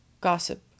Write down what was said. Gossip